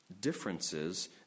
Differences